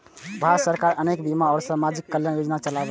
भारत सरकार अनेक बीमा आ सामाजिक कल्याण योजना चलाबै छै